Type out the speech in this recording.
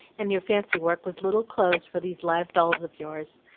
and your fancy work was little clothes for these live dolls of yours.